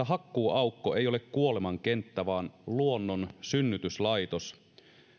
hakkuuaukko ei ole kuoleman kenttä vaan luonnon synnytyslaitos